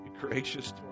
gracious